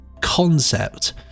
concept